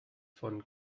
von